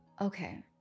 okay